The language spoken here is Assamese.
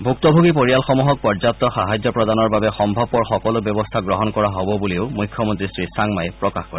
ভূক্তভোগী পৰিয়ালসমূহক পৰ্যাপ্ত সাহায্য প্ৰদানৰ বাবে সম্ভাৱপৰ সকলো ব্যৱস্থা গ্ৰহণ কৰা হব বুলিও মুখ্যমন্নী শ্ৰীচাংমাই প্ৰকাশ কৰে